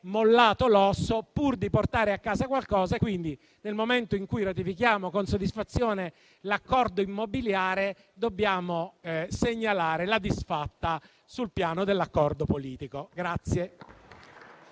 mollato l'osso, pur di portare a casa qualcosa. Quindi, nel momento in cui ratifichiamo con soddisfazione l'accordo immobiliare, dobbiamo segnalare la disfatta sul piano dell'accordo politico.